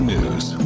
News